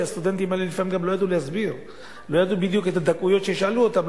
שהסטודנטים האלה גם לפעמים לא ידעו להסביר את הדקויות ששאלו אותם.